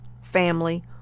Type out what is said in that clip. family